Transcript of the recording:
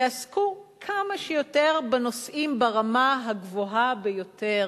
יעסקו כמה שיותר בנושאים ברמה הגבוהה ביותר.